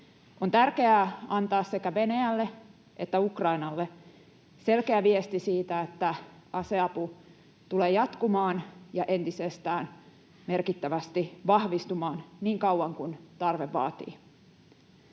On tärkeää antaa sekä Venäjälle että Ukrainalle selkeä viesti siitä, että aseapu tulee jatkumaan ja entisestään merkittävästi vahvistumaan niin kauan kuin tarve vaatii.